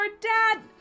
dad